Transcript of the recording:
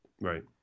Right